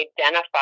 identify